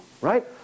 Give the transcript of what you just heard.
right